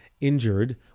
injured